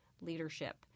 leadership